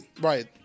Right